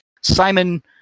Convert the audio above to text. Simon